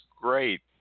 great